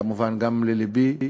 כמובן גם ללבי,